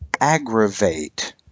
aggravate